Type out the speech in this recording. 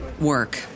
work